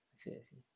I see I see